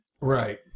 Right